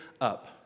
up